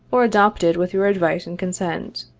or adopted with your advice and consent